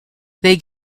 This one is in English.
they